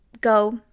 go